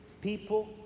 people